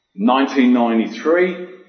1993